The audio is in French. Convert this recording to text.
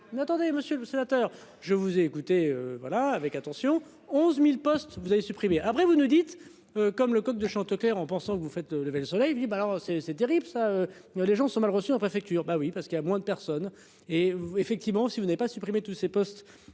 n'attendez monsieur le sénateur, je vous ai écouté. Voilà avec attention. 11.000 postes, vous avez supprimé après vous nous dites comme le coq de Chanteclerc en pensant. Vous faites lever le soleil dit ben alors c'est c'est terrible ça. Mais les gens sont mal reçus en préfecture. Bah oui parce qu'il y a moins de personnes et vous effectivement si vous n'avez pas supprimer tous ces postes.